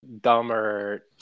dumber